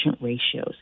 ratios